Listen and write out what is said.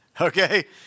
okay